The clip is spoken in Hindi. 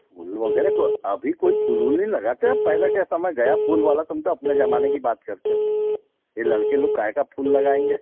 फूल वगैरह को अभी कोई फूल बुल नहीं लगाते अब पहले के समय गया फूल वाला तुम तो अपने जमाने की बात करते हो ये लड़के लोग काहे का फूल लगाएंगे